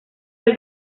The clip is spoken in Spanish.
del